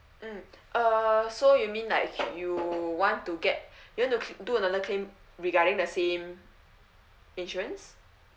mm uh so you mean like you want to get you want to do another claim regarding the same insurance